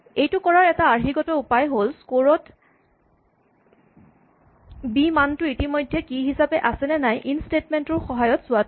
এইটো কৰাৰ এটা আৰ্হিগত উপায় হ'ল স্কৰ ত বি মানটো ইতিমধ্যে কী হিচাপে আছেনে নাই ইন স্টেটমেন্ট টোৰ সহায়ত চোৱাটো